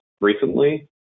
recently